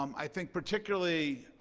um i think particularly,